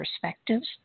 perspectives